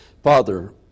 Father